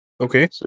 Okay